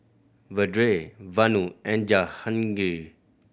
Vedre Vanu and Jahangir